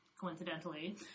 coincidentally